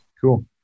cool